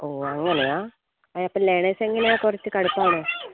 ഓ അങ്ങനെയാണോ അപ്പോൾ ലേണേഴ്സ് എങ്ങനെയാണ് കുറച്ച് കടുപ്പമാണോ